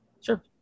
Sure